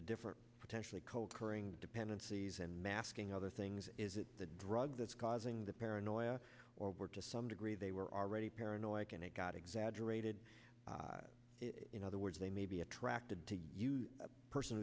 the different potential cold during the dependencies and masking other things is it the drug that's causing the paranoia or were to some degree they were already paranoid and it got exaggerated in other words they may be attracted to a person